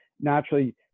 naturally